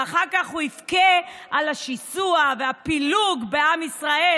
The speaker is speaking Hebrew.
ואחר כך הוא יבכה על השיסוע והפילוג בעם ישראל,